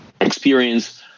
experience